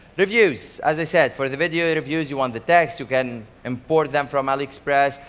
reviews. as i said for the video reviews, you want the text. you can import them from aliexpress,